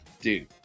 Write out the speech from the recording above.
dude